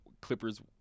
Clippers